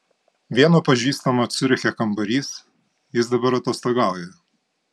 vieno pažįstamo ciuriche kambarys jis dabar atostogauja